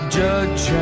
judge